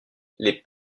les